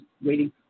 waiting